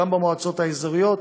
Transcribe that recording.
גם במועצות האזוריות,